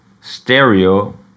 stereo